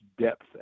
depth